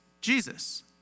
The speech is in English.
Jesus